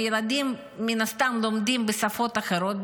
והילדים מן הסתם לומדים בשפות אחרות,